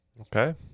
okay